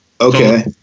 okay